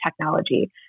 technology